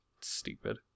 Stupid